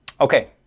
Okay